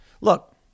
Look